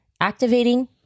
activating